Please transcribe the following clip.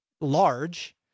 large